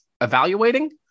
evaluating